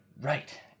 right